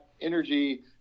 energy